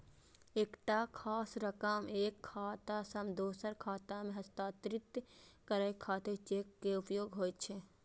एकटा खास रकम एक खाता सं दोसर खाता मे हस्तांतरित करै खातिर चेक के उपयोग होइ छै